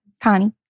Connie